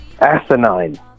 asinine